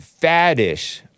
faddish